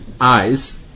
eyes